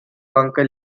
uncle